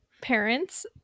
parents